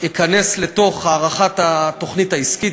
אכנס לתוך הערכת התוכנית העסקית,